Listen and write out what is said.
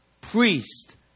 priest